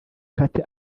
kate